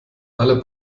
alle